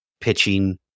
pitching